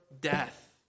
death